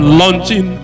launching